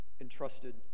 entrusted